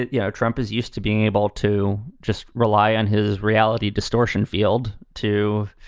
you know, trump is used to being able to just rely on his reality distortion field to,